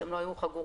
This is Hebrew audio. שהם לא היו חגורים,